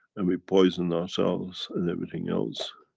and we poisoned ourselves and everything else.